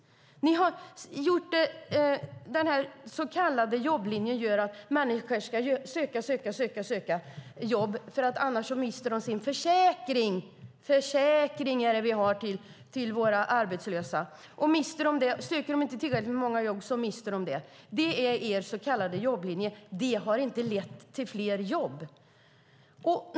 Den här så kallade jobblinjen gör att människor ska söka, söka och söka jobb, för annars mister de sin försäkring . Det är en försäkring vi har för våra arbetslösa. Söker de inte tillräckligt många jobb mister de den. Det är er så kallade jobblinje. Den har inte lett till fler jobb.